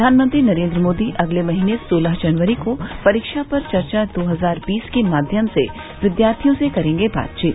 प्रधानमंत्री नरेन्द्र मोदी अगले महीने सोलह जनवरी को परीक्षा पर चर्चा दो हजार बीस के माध्यम से विद्यार्थियों से करेंगे बातचीत